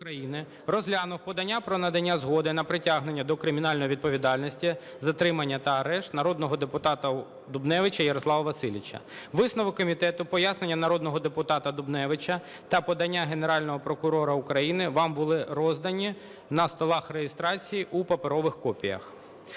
Висновок комітету, пояснення народного депутата Дубневича та подання Генерального прокурора України вам були роздані на столах реєстрації у паперових копіях.